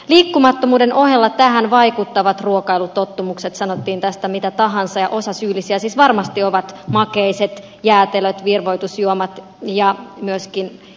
liikkumattomuuden ohella tähän vaikuttavat ruokailutottumukset sanottiin tästä mitä tahansa ja osasyyllisiä siis varmasti ovat makeiset jäätelöt virvoitusjuomat ja myöskin keksit